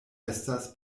estas